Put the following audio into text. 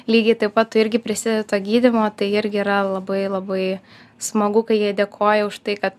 lygiai taip pat tu irgi prisidedi to gydymo tai irgi yra labai labai smagu kai jie dėkoja už tai kad